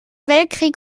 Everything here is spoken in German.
weltkrieg